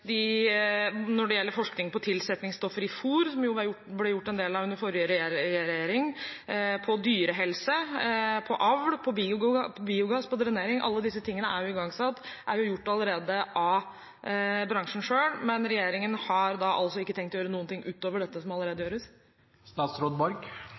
forskning på tilsetningsstoffer i fôr, som det ble gjort en del av under den forrige regjeringen, dyrehelse, avl, biogass og drenering. Alt dette er igangsatt og allerede gjort av bransjen selv. Men regjeringen har da altså ikke tenkt å gjøre noen ting utover dette som allerede